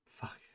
Fuck